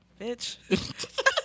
Bitch